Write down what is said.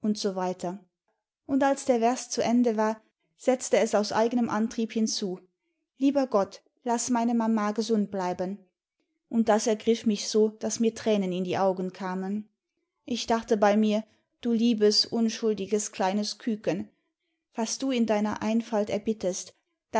und als der vers zu ende war setzte es aus eigenem antrieb hinzu lieber gott laß meine mama gesimd bleiben und das ergriff mich so daß mir tränen in die augen kamen ich dachte bei mir du liebes unschuldiges kleines küken was du in deiner einfalt erbittest